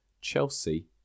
Chelsea